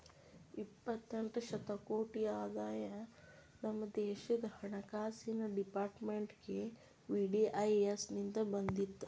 ಎಪ್ಪತ್ತೆಂಟ ಶತಕೋಟಿ ಆದಾಯ ನಮ ದೇಶದ್ ಹಣಕಾಸಿನ್ ಡೆಪಾರ್ಟ್ಮೆಂಟ್ಗೆ ವಿ.ಡಿ.ಐ.ಎಸ್ ಇಂದ್ ಬಂದಿತ್